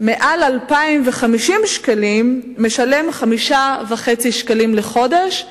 מעל 2,050 שקלים משלם 5.5 שקלים לחודש.